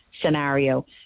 scenario